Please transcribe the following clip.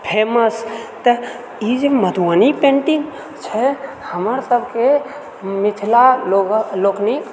famous तऽ ई जे मधुबनी पेन्टिङ्ग छै हमर सबके मिथिला लोकनिक